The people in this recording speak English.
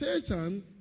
Satan